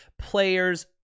players